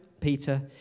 Peter